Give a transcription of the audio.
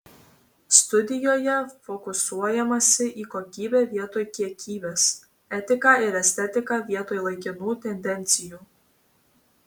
studijoje fokusuojamasi į kokybę vietoj kiekybės etiką ir estetiką vietoj laikinų tendencijų